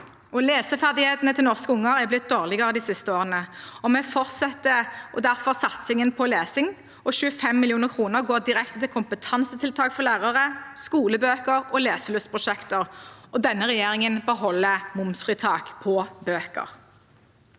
Leseferdighetene til norske unger er blitt dårligere de siste årene. Vi fortsetter derfor satsingen på lesing, og 25 mill. kr går direkte til kompetansetiltak for lærere, skolebøker og leselystprosjekter. Regjeringen beholder momsfritak på bøker.